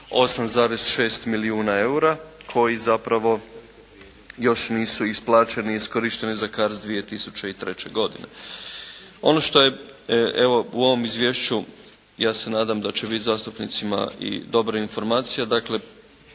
8,6 milijuna eura koji zapravo još nisu isplaćeni i iskorišteni za CARDS 2003. godine. Ono što je evo u ovom izvješću ja se nadam da će biti zastupnicima i dobra informacija. Dakle